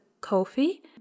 Ko-fi